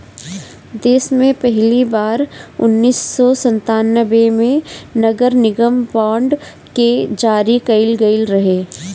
देस में पहिली बार उन्नीस सौ संतान्बे में नगरनिगम बांड के जारी कईल गईल रहे